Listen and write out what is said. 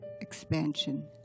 expansion